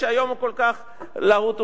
שהיום הוא כל כך להוט,